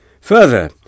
Further